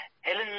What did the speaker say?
helen